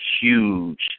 huge